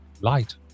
light